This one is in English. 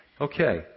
Okay